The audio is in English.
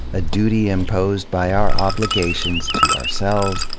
a duty imposed by our obligations to ourselves,